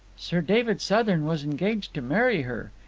sir david southern was engaged to marry her.